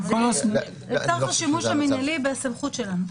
לצורך השימוש המינהלי בסמכות שלנו.